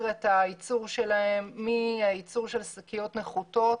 את הייצור שלהם מהייצור של שקיות נחותות,